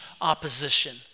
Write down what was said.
opposition